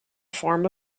form